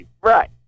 right